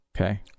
okay